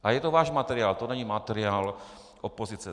A je to váš materiál, to není materiál opozice.